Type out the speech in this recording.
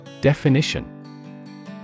Definition